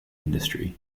industry